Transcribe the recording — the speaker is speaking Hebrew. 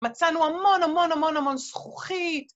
מצאנו המון המון המון המון זכוכית.